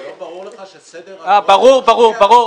זה לא ברור לך שסדר --- ברור, ברור.